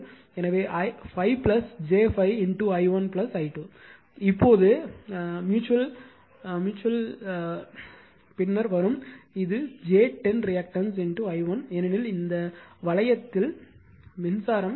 எனவே 5 j 5 i1 i2 இப்போது ம்யூச்சுவல்ம் பின்னர் வரும் இது j 10 ரியாக்டன்ஸ் i1 ஏனெனில் இந்த வளையத்தில் மின்சாரம்